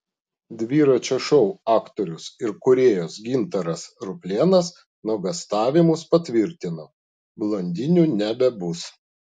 dviračio šou aktorius ir kūrėjas gintaras ruplėnas nuogąstavimus patvirtino blondinių nebebus